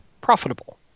profitable